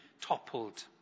toppled